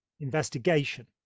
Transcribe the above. investigation